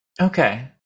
Okay